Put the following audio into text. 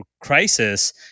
Crisis